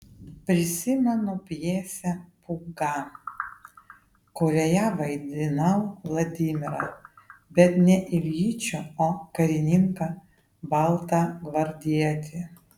prisimenu pjesę pūga kurioje vaidinau vladimirą bet ne iljičių o karininką baltagvardietį